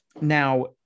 Now